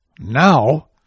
now